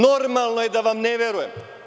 Normalno je da vam ne verujem.